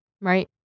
Right